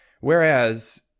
Whereas